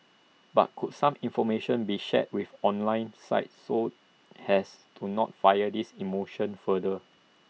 but could some information be shared with online sites so as to not fire these emotions further